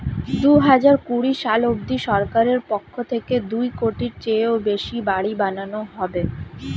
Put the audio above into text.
দুহাজার কুড়ি সাল অবধি সরকারের পক্ষ থেকে দুই কোটির চেয়েও বেশি বাড়ি বানানো হবে